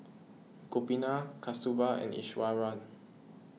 Gopinath Kasturba and Iswaran